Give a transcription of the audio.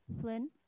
Flynn